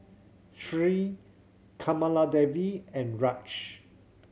Sri Kamaladevi and Raj